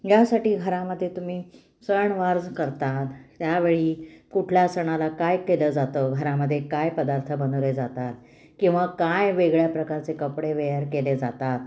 यासाठी घरामध्ये तुम्ही सणवार स करतात त्यावेळी कुठल्या सणाला काय केलं जातं घरामध्ये काय पदार्थ बनवले जातात किंवा काय वेगळ्या प्रकारचे कपडे वेअर केले जातात